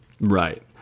right